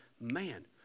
man